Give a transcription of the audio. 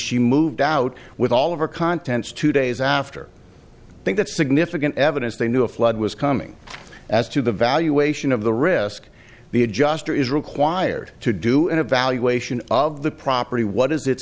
she moved out with all of her contents two days after i think that's significant evidence they knew a flood was coming as to the valuation of the risk the adjuster is required to do an evaluation of the property what is it